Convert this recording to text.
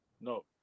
No